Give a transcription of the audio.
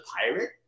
pirate